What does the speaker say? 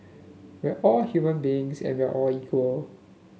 we're all human beings and we are all equal